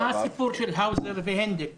מה הסיפור של האוזר והנדל בדיוק?